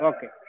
Okay